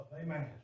amen